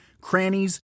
crannies